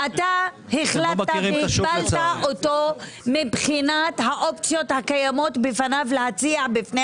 אתה הגבלת אותו מבחינת האופציות הקיימות בפניו להציע בפני